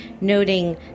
Noting